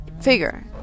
Figure